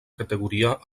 categoria